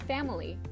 Family